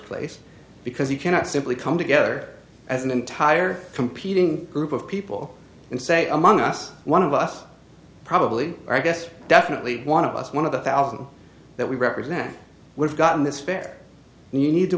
place because you cannot simply come together as an entire competing group of people and say among us one of us probably our best definitely one of us one of the thousand that we represent we've gotten this fair and you need to